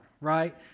right